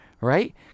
right